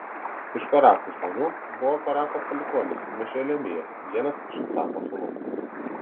iš korachų žmonių buvo koracho palikuonis mešelemijas vienas iš asafo sūnų